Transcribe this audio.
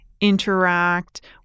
interact